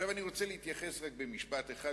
אני רוצה להתייחס רק במשפט אחד,